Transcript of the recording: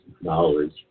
knowledge